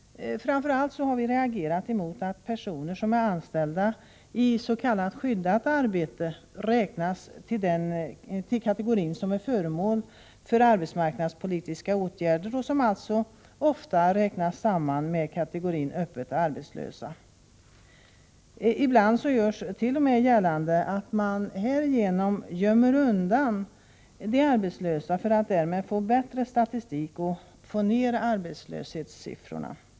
Främst har vi reagerat mot att personer som är anställda is.k. skyddat arbete räknas till den kategori som är föremål för arbetsmarknadspolitiska åtgärder och som ofta räknas samman med kategorin öppet arbetslösa. Ibland görs t.o.m. gällande att man härigenom ”gömmer undan” de arbetslösa för att därmed få bättre statistik och få ner arbetslöshetssiffrorna.